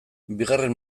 bigarren